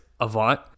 Avant